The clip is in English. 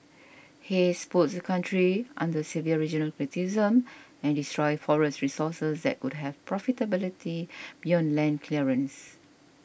haze puts the country under severe regional criticism and destroys forest resources that could have profitability beyond land clearance